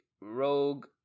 Rogue